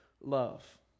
love